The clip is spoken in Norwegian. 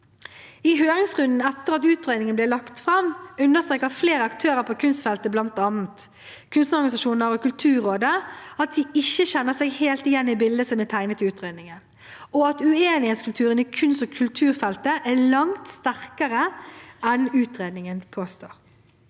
I høringsrunden etter at utredningen ble lagt fram, understreket flere aktører på kunstfeltet, bl.a. kunstnerorganisasjoner og Kulturrådet, at de ikke kjenner seg helt igjen i bildet som blir tegnet i utredningen, og at uenighetskulturen i kunst- og kulturfeltet er langt sterkere enn utredningen påstår.